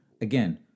again